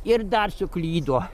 ir dar suklydo